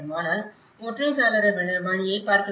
ஆனால் ஒற்றை சாளர வழியை பார்க்க வேண்டும்